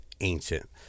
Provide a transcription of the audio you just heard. ancient